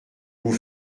vous